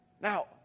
Now